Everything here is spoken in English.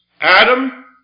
Adam